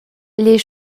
les